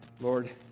Lord